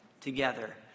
together